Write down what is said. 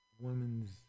Women's